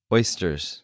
Oysters